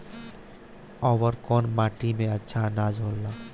अवर कौन माटी मे अच्छा आनाज होला?